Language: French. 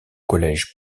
collège